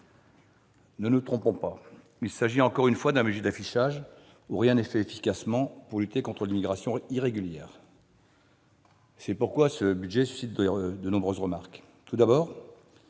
Ne nous y trompons pas : il s'agit encore une fois d'un budget d'affichage où rien n'est fait efficacement pour lutter contre l'immigration irrégulière. Voilà pourquoi ce budget suscite de nombreuses remarques. Tout d'abord,